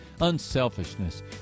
unselfishness